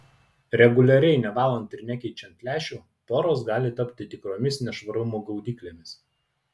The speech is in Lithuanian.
reguliariai nevalant ir nekeičiant lęšių poros gali tapti tikromis nešvarumų gaudyklėmis